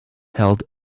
held